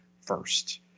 first